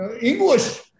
English